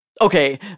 Okay